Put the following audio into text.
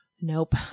Nope